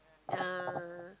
ah